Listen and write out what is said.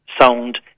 sound